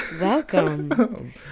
welcome